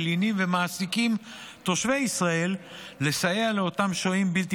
מלינים ומעסיקים תושבי ישראל לסייע לאותם שוהים בלתי